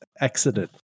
accident